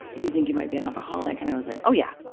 do you think you might be an alcoholic? and i was like, oh, yeah,